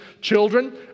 Children